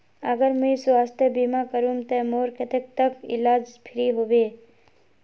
अगर मुई स्वास्थ्य बीमा करूम ते मोर कतेक तक इलाज फ्री होबे?